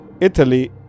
Italy